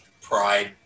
pride